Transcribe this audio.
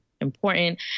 important